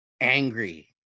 angry